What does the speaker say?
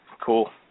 Cool